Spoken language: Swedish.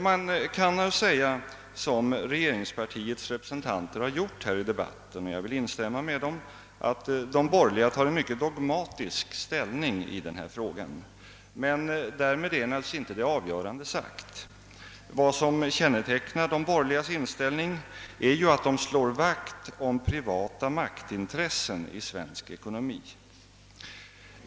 Man kan nu — som regeringspartiets representanter gjort här i debatten och vilket jag vill instämma i — säga att de borgerliga tar ställning på ett mycket dogmatiskt sätt i denna fråga. Men därmed är naturligtvis inte det avgörande sagt. Vad som kännetecknar de borgerligas inställning är att de slår vakt om privata maktintressen i svensk ekonomi.